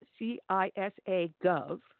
CISA.gov